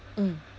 mm